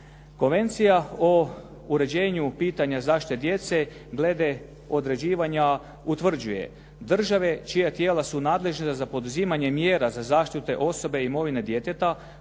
Konvencija o uređenju pitanja zaštite djece glede određivanja utvrđuje država čija tijela su nadležne za poduzimanje mjera za zaštitu osobe i imovine djeteta